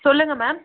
சொல்லுங்கள் மேம்